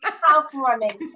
Housewarming